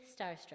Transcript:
starstruck